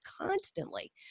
constantly